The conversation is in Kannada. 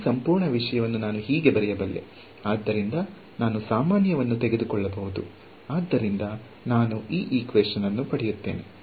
ಈ ಸಂಪೂರ್ಣ ವಿಷಯವನ್ನು ನಾನು ಹೀಗೆ ಬರೆಯಬಲ್ಲೆ ಆದ್ದರಿಂದ ನಾನು ಸಾಮಾನ್ಯವನ್ನು ತೆಗೆದುಕೊಳ್ಳಬಹುದು ಆದ್ದರಿಂದ ನಾನು ಪಡೆಯುತ್ತೇನೆ